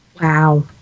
Wow